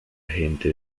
gente